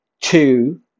two